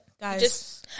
Guys